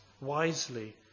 wisely